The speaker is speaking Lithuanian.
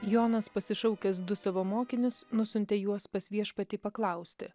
jonas pasišaukęs du savo mokinius nusiuntė juos pas viešpatį paklausti